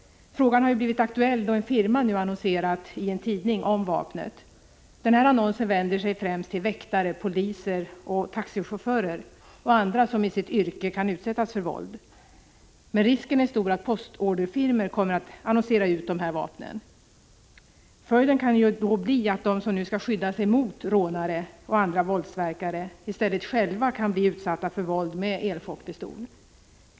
Frågan har blivit aktuell då en firma nu annonserat i en tidning om vapnet. Annonsen vänder sig främst till väktare, poliser, taxichaufförer och andra som i sitt yrke kan utsättas för våld. Men risken är stor att postorderfirmor kommer att annonsera ut de här vapnen. Följden kan då bli att de som skulle skydda sig mot rånare och andra våldsverkare i stället själva kan bli utsatta för våld med elchockpistol.